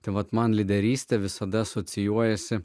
tai vat man lyderystė visada asocijuojasi